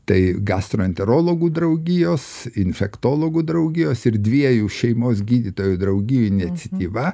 tai gastroenterologų draugijos infektologų draugijos ir dviejų šeimos gydytojų draugijų iniciatyva